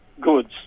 goods